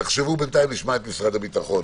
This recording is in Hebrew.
תחשבו בינתיים ונשמע את משרד הביטחון.